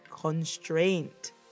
constraint